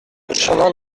chemin